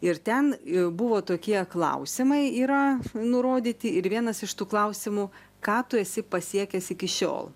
ir ten buvo tokie klausimai yra nurodyti ir vienas iš tų klausimų ką tu esi pasiekęs iki šiol